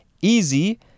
Easy